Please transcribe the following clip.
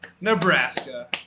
Nebraska